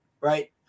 right